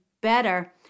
better